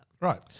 Right